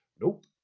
nope